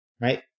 right